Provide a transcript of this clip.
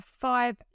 five